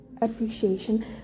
appreciation